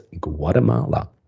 Guatemala